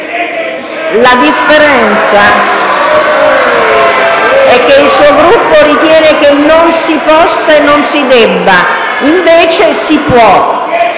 La differenza è che il suo Gruppo ritiene che non si possa e non si debba, mentre si può